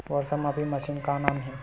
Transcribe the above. वर्षा मापी मशीन के का नाम हे?